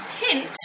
hint